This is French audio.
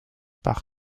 par